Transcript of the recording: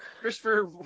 Christopher